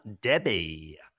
Debbie